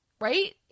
Right